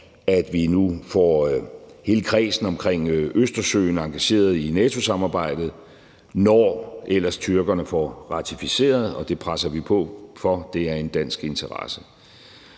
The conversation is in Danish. at vi nu får hele kredsen omkring Østersøen engageret i NATO-samarbejdet, når ellers tyrkerne får ratificeret, og det presser vi på for; det er en dansk interesse.